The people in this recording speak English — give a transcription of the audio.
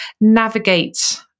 navigate